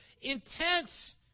intense